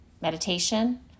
meditation